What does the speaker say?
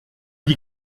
dit